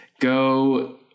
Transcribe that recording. go